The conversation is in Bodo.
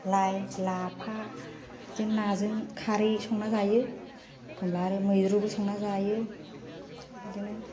लाइ लाफा बिदिनो नाजों खारै संना जायो एखमब्ला आरो मैद्रुबो संना जायो बिदिनो